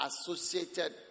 associated